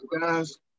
guys